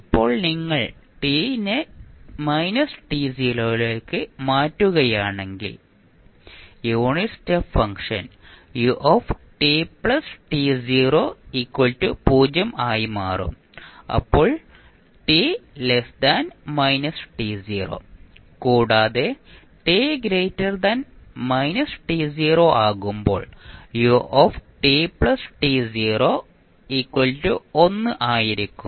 ഇപ്പോൾ നിങ്ങൾ t നെ ലേക്ക് മാറ്റുകയാണെങ്കിൽ unit step function u t 0 ആയി മാറും അപ്പോൾ t കൂടാതെ t ആകുമ്പോൾ ut 1 ആയിരിക്കും